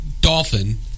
dolphin